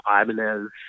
Ibanez